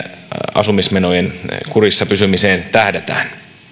asumismenojen kurissa pysymiseen tähdätään